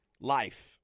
Life